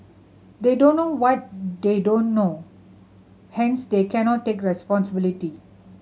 they don't know what they don't know hence they cannot take responsibility